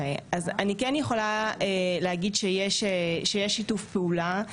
אני כן יכולה להגיד שיש שיתוף פעולה.